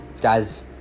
guys